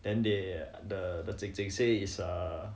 then they the say is err